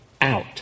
out